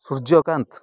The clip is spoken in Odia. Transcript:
ସୂର୍ଯ୍ୟକାନ୍ତ୍